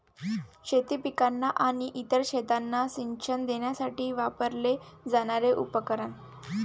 शेती पिकांना आणि इतर शेतांना सिंचन देण्यासाठी वापरले जाणारे उपकरण